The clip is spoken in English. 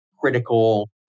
critical